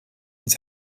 his